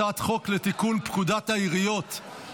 אני קובע כי הצעת חוק צער בעלי חיים (הגנה על בעלי חיים)